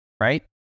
right